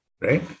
Right